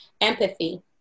empathy